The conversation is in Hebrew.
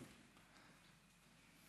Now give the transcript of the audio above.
בבקשה,